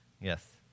Yes